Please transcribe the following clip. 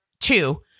two